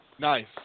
Nice